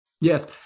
Yes